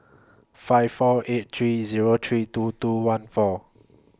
five four eight three Zero three two two one four